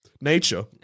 nature